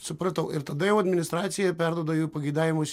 supratau ir tada jau administracija perduoda jų pageidavimus